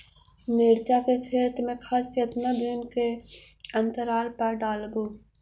मिरचा के खेत मे खाद कितना दीन के अनतराल पर डालेबु?